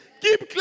Keep